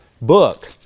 book